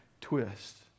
twist